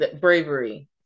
bravery